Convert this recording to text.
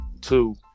two